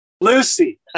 Lucy